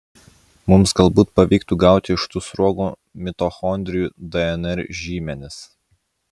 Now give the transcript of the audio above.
mums galbūt pavyktų gauti iš tų sruogų mitochondrijų dnr žymenis